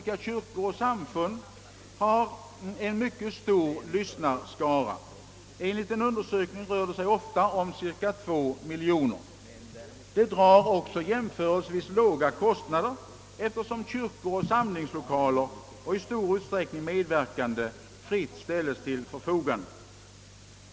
kyrkor och samfund, har en mycket stor lyssnarskara — enligt en undersökning rör det sig ofta om cirka två miljoner människor. Dessa program medför också jämförelsevis låga kostnader, eftersom kyrkor och samlingslokaler och i stor utsträckning även medverkande fritt ställs till förfogande.